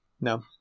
No